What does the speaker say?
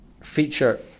feature